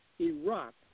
Iraq